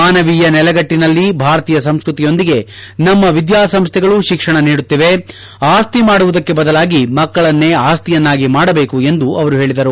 ಮಾನವೀಯ ನೆಲೆಗಟ್ಟನಲ್ಲಿ ಭಾರತೀಯ ಸಂಸ್ಕೃತಿಯೊಂದಿಗೆ ನಮ್ಮ ವಿದ್ಯಾಸಂಸ್ಥೆಗಳು ಶಿಕ್ಷಣ ನೀಡುತ್ತಿವೆ ಆಸ್ತಿ ಮಾಡುವುದಕ್ಕೆ ಬದಲಾಗಿ ಮಕ್ಕಳನ್ನೇ ಆಸ್ತಿಯನ್ನಾಗಿ ಮಾಡಬೇಕು ಎಂದು ಅವರು ಹೇಳಿದರು